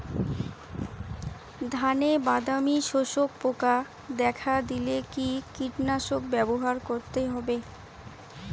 ধানে বাদামি শোষক পোকা দেখা দিলে কি কীটনাশক ব্যবহার করতে হবে?